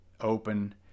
open